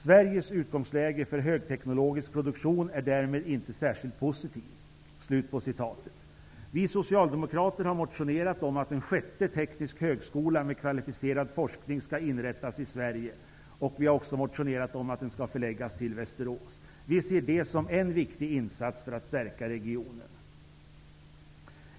Sveriges utgångsläge för högteknologisk produktion är därmed inte särskilt positivt. Vi socialdemokrater har motionerat om att en sjätte teknisk högskola med kvalificerad forskning skall inrättas i Sverige. Vi har också motionerat om att den skall förläggas till Västerås. Vi ser det som en viktig insats för att stärka regionen.